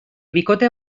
bikote